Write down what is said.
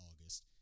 August